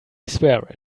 swear